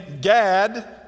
Gad